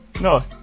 No